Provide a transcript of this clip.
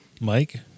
Mike